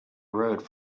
rode